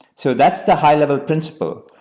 so that's the high-level principle.